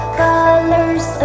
colors